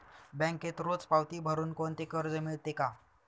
बँकेत रोज पावती भरुन कोणते कर्ज मिळते का?